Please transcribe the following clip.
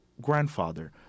grandfather